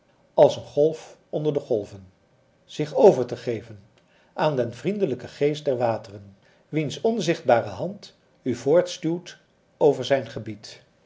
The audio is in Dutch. als een golf onder de golven zich over te geven aan den vriendelijken geest der wateren wiens onzichtbare hand u voortstuwt over zijn gebied